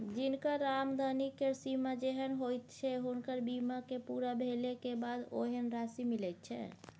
जिनकर आमदनी केर सीमा जेहेन होइत छै हुनकर बीमा के पूरा भेले के बाद ओहेन राशि मिलैत छै